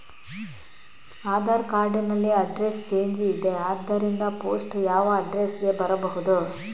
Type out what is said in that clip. Aadhaar card ನಲ್ಲಿ address change ಇದೆ ಆದ್ದರಿಂದ ಪೋಸ್ಟ್ ಯಾವ ಅಡ್ರೆಸ್ ಗೆ ಬರಬಹುದು?